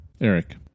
Eric